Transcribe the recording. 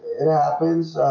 it happens,